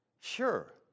Sure